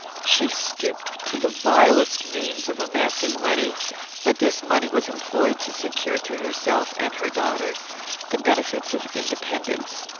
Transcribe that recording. she stooped to the vilest means of amassing money but this money was employed to secure to herself and her daughters the benefits of independence.